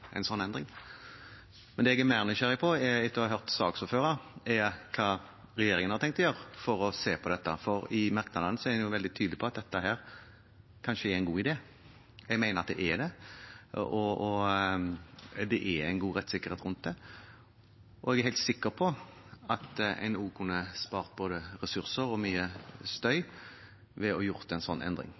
en slik endring – er, etter å ha hørt saksordføreren, hva regjeringen har tenkt å gjøre for å se på dette, for i merknadene er en veldig tydelig på at dette kanskje er en god idé. Jeg mener at det er det, og at det er en god rettssikkerhet rundt det. Jeg er helt sikker på at en også kunne ha spart både ressurser og mye støy ved å gjøre en slik endring,